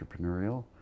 entrepreneurial